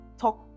talk